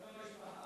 שם המשפחה.